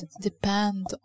depend